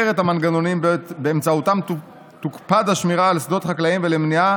את המנגנונים שבאמצעותם תוקפד השמירה על שדות חקלאים ולמניעה